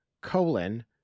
colon